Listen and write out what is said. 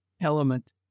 element